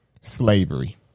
slavery